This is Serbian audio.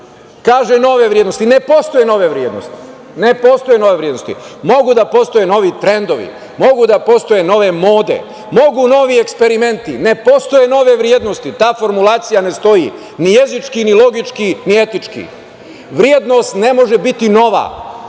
Kaže - nove vrednosti. Ne postoje nove vrednosti. Mogu da postoje novi trendovi, mogu da postoje nove mode, mogu novije eksperimenti, ali ne postoje nove vrednosti. Ta formulacija ne stoji ni jezički, ni logički, ni etički. Vrednost ne može biti nova.